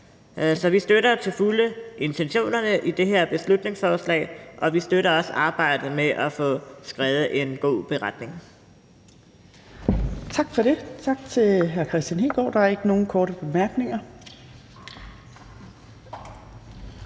Så vi støtter til fulde intentionerne i det her beslutningsforslag, og vi støtter også arbejdet med at få skrevet en god beretning.